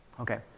Okay